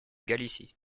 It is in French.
galicie